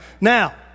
Now